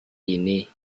ini